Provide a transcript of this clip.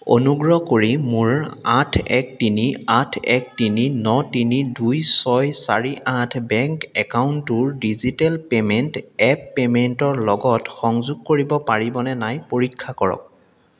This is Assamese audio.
অনুগ্ৰহ কৰি মোৰ আঠ এক তিনি আঠ এক তিনি ন তিনি দুই ছয় চাৰি আঠ বেংক একাউণ্টটোৰ ডিজিটেল পে'মেণ্ট এপ পে'মেন্টৰ লগত সংযোগ কৰিব পাৰিবনে নাই পৰীক্ষা কৰক